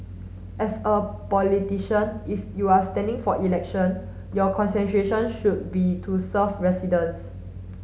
as a politician if you are standing for election your concentration should be to serve residents